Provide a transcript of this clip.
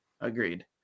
Agreed